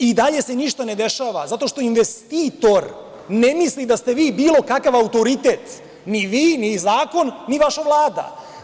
I dalje se ništa ne dešava, zato što investitor ne misli da ste vi bilo kakav autoritet, ni vi, ni zakon, ni vaša Vlada.